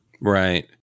Right